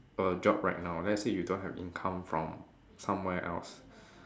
a job right now let's say you don't have income from somewhere else